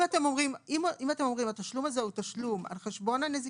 אתם אומרים שהתשלום הזה הוא תשלום על חשבון הנזיקין,